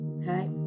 okay